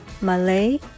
Malay